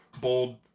bold